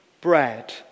bread